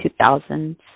2000s